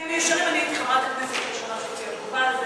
אני הייתי חברת הכנסת הראשונה שהוציאה תגובה,